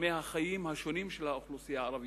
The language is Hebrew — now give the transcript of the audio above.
תחומי החיים השונים של האוכלוסייה הערבית.